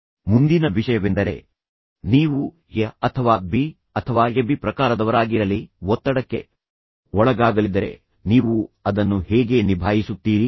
ಈಗ ಮುಂದಿನ ವಿಷಯವೆಂದರೆ ನೀವು ಎ ಪ್ರಕಾರದವರಾಗಿರಲಿ ಅಥವಾ ಬಿ ಪ್ರಕಾರದವರಾಗಿರಲಿ ಅಥವಾ ಎಬಿ ಪ್ರಕಾರದವರಾಗಿರಲಿ ನೀವು ಒತ್ತಡಕ್ಕೆ ಒಳಗಾಗಲಿದ್ದರೆ ನೀವು ಅದನ್ನು ಹೇಗೆ ನಿಭಾಯಿಸುತ್ತೀರಿ